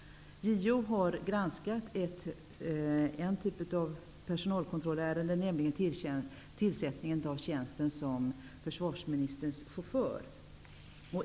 JO har granskat ett uppmärksammat ärende, nämligen tillsättningen av tjänsten som försvarsministerns chaufför.